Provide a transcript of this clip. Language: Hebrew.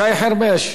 שי חרמש.